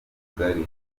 mugari